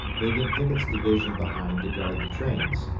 leaving pickett's division behind to guard the trains.